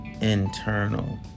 internal